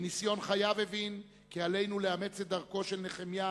מניסיון חייו הבין כי עלינו לאמץ את דרכו של נחמיה